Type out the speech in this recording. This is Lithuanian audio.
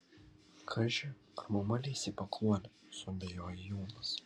kaži ar mama leis į pakluonę suabejoja jonas